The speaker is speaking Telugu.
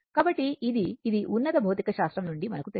కాబట్టి ఇది ఇది ఉన్నత భౌతిక శాస్త్రం నుండి మనకి తెలుసు